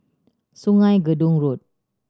Sungei Gedong Road